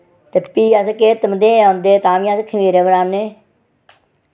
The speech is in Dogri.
ते फ्ही अस केह् धमदेह् औंदे तां बी अस खमीरे बनान्ने